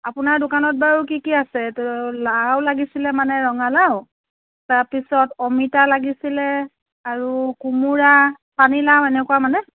আপোনাৰ দোকানত বাৰু কি কি আছে লাও লাগিছিলে মানে ৰঙালাও তাৰপিছত অমিতা লাগিছিলে আৰু কোমোৰা পানীলাও এনেকুৱা মানে